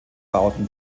bauten